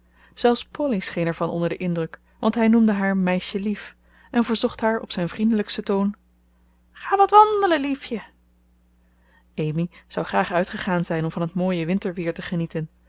zelfs polly scheen er van onder den indruk want hij noemde haar meisjelief en verzocht haar op zijn vriendelijksten toon ga wat wandelen liefje amy zou graag uitgegaan zijn om van het mooie winterweer te genieten